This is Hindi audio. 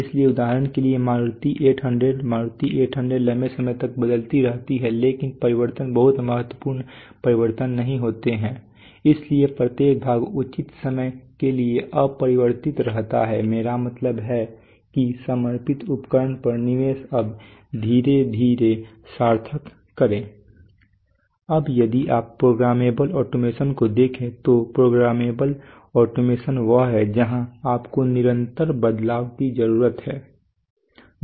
इसलिए उदाहरण के लिए मारुति 800 मारुति 800 लंबे समय तक बदलती रहती है लेकिन परिवर्तन बहुत महत्वपूर्ण परिवर्तन नहीं होते हैं इसलिए प्रत्येक भाग उचित समय के लिए अपरिवर्तित रहता है मेरा मतलब है कि समर्पित उपकरणों पर निवेश अब धीरे धीरे सार्थक करें अब यदि आप प्रोग्रामेबल ऑटोमेशन को देखें तो प्रोग्रामेबल ऑटोमेशन वह है जहां आपको निरंतर बदलाव की जरूरत है